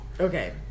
Okay